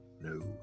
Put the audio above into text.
No